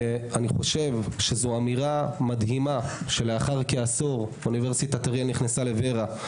אני חושב שזו אמירה מדהימה שלאחר כעשור אוניברסיטת אריאל נכנסה לור"ה.